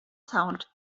sound